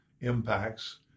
impacts